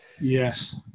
Yes